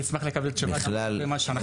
אני אשמח לקבל תשובה גם לגבי מה שאנחנו שאלנו.